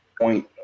point